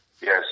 Yes